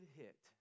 hit